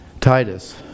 Titus